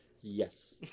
Yes